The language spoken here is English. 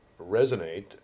resonate